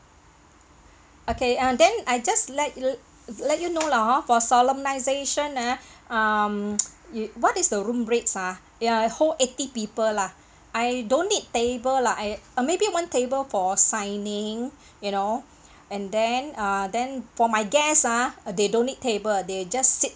okay uh then I just let it let you know lah hor for solemnisation ah um it what is the room rates ah ya whole eighty people lah I don't need table lah I um maybe I want table for signing you know and then uh then for my guests ah they don't need table they just sit